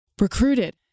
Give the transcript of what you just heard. recruited